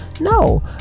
No